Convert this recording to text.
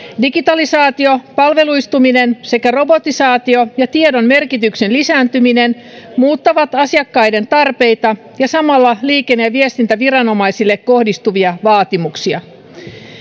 digitalisaatio palveluistuminen sekä robotisaatio ja tiedon merkityksen lisääntyminen muuttavat asiakkaiden tarpeita ja samalla liikenne ja viestintäviranomaisille kohdistuvia vaatimuksia